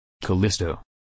Callisto